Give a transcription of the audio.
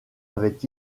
avait